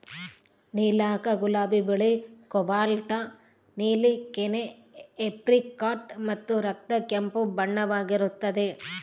ನೀಲಕ ಗುಲಾಬಿ ಬಿಳಿ ಕೋಬಾಲ್ಟ್ ನೀಲಿ ಕೆನೆ ಏಪ್ರಿಕಾಟ್ ಮತ್ತು ರಕ್ತ ಕೆಂಪು ಬಣ್ಣವಾಗಿರುತ್ತದೆ